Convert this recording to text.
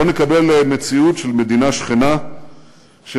לא נקבל מציאות של מדינה שכנה שממשיכה